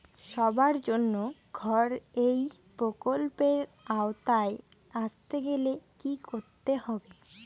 সবার জন্য ঘর এই প্রকল্পের আওতায় আসতে গেলে কি করতে হবে?